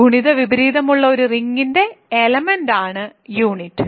ഗുണിത വിപരീതമുള്ള ഒരു റിങ്ങിന്റെ എലെമെന്റാണ് യൂണിറ്റ്